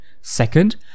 Second